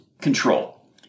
control